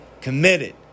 committed